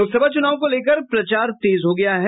लोकसभा चुनाव को लेकर प्रचार तेज हो गया है